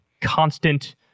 constant